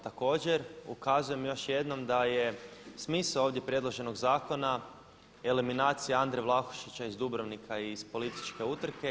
Također ukazujem još jednom da je smisao ovdje predloženog zakona eliminacija Andre Vlahušića iz Dubrovnika iz političke utrke.